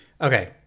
Okay